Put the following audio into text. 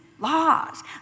Laws